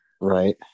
Right